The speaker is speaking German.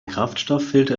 kraftstofffilter